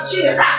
Jesus